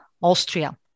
Austria